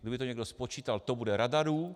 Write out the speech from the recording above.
Kdyby to někdo spočítal, to bude radarů!